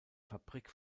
fabrik